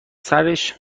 سرش